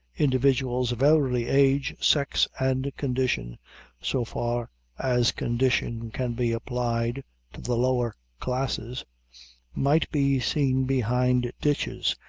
individuals of every age, sex, and condition so far as condition can be applied to the lower classes might be seen behind ditches,